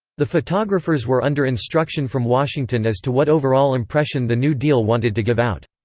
the photographers were under instruction from washington as to what overall impression the new deal wanted to give out.